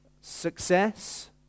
success